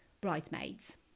bridesmaids